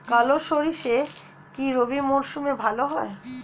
কালো সরষে কি রবি মরশুমে ভালো হয়?